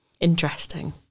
Interesting